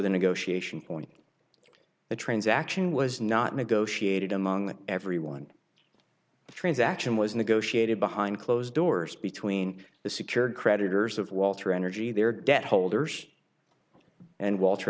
the negotiation point the transaction was not negotiated among everyone the transaction was negotiated behind closed doors between the secured creditors of walter energy their debt holders and walter